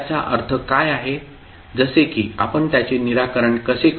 याचा अर्थ काय आहे जसे की आपण त्याचे निराकरण कसे करू